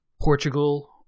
portugal